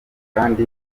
kandi